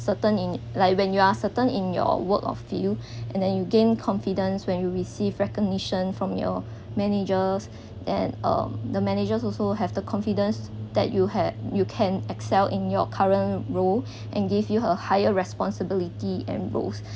certain in like when you are certain in your work of field and then you gain confidence when you receive recognition from your managers then um the managers also have the confidence that you had you can excel in your current role and give you her higher responsibility and roles